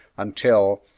until,